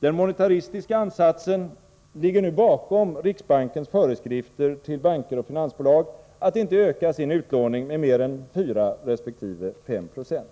Den monetaristiska ansatsen ligger nu bakom riksbankens föreskrifter till banker och finansbolag att inte öka sin utlåning med mer än 4 resp. 5 Zo.